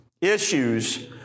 issues